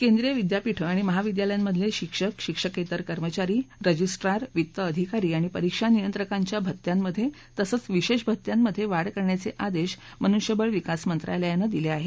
केंद्रीय विद्यापीठ आणि महाविद्यालयामधले शिक्षक शिक्षकेतर कर्मचारी रजिस्ट्रार वित्त अधिकारी आणि परीक्षा नियंत्रकाच्या भत्त्यांमधे तसंच विशेष भत्यांमधे वाढ करण्याचे आदेश मनुष्यबळ विकास मंत्रालयानं दिले आहेत